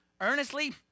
earnestly